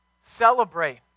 Celebrate